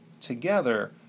together